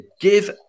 give